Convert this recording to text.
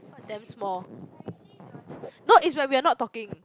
damn small not is when we are not talking